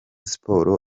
sports